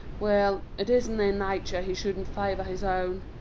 well, it isn't in nature he shouldn't favour his own.